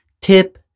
Tip